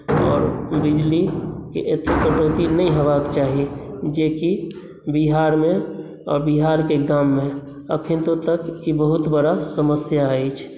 आओर बिजलीके एते कटौती नहि होयबाक चाही जेकि बिहारमे आओर बिहारके गाममे अखनतो तक ई बहुत बड़ा समस्या अछि